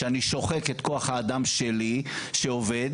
כשאני שוחק את כוח האדם שלי שעובד,